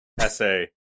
essay